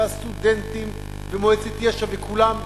והסטודנטים ומועצת יש"ע וכולם כאחד,